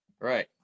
Right